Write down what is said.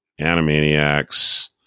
Animaniacs